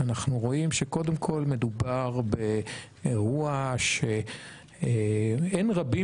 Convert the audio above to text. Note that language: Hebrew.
אנחנו רואים שקודם כל מדובר באירוע שאין רבים